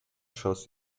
schoss